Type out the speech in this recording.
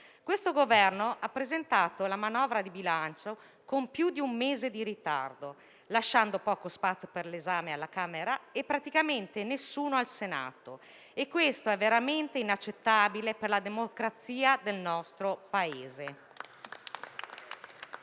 Il Governo ha presentato la manovra di bilancio con più di un mese di ritardo, lasciando poco spazio per l'esame alla Camera dei deputati e praticamente nessuno al Senato. Questo è veramente inaccettabile per la democrazia del nostro Paese.